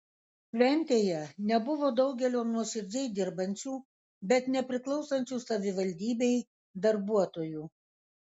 šventėje nebuvo daugelio nuoširdžiai dirbančių bet nepriklausančių savivaldybei darbuotojų